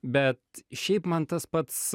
bet šiaip man tas pats